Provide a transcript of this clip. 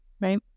Right